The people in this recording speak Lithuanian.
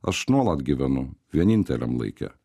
aš nuolat gyvenu vieninteliam laike